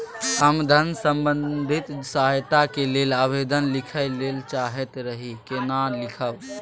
हम धन संबंधी सहायता के लैल आवेदन लिखय ल चाहैत रही केना लिखब?